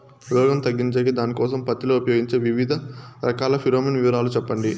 రోగం తగ్గించేకి దానికోసం పత్తి లో ఉపయోగించే వివిధ రకాల ఫిరోమిన్ వివరాలు సెప్పండి